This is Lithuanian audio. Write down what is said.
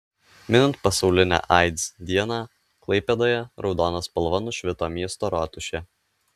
minint pasaulinę aids dieną klaipėdoje raudona spalva nušvito miesto rotušė